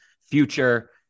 future